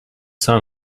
son